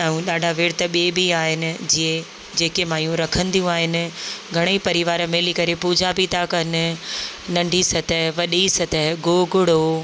ऐं ॾाढा वृत ॿिया बि आहिनि जे जेके मायूं रखंदियूं आहिनि घणेई परिवार मिली करे पूॼा बि था कनि नन्ढी सतह वॾी सतह गोगड़ो